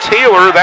Taylor